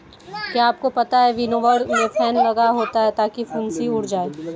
क्या आपको पता है विनोवर में फैन लगा होता है ताकि भूंसी उड़ जाए?